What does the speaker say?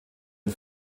ein